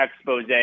expose